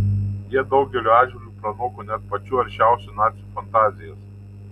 jie daugeliu atžvilgių pranoko net pačių aršiausių nacių fantazijas